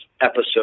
episode